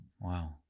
Wow